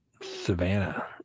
Savannah